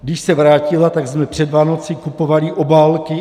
Když se vrátila, tak jsme před Vánoci kupovali obálky a přání.